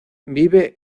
vive